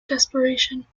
desperation